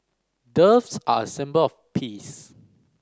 doves are a symbol of peace